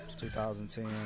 2010